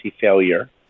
failure